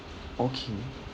okay